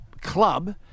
club